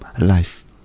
Life